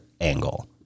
angle